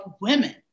women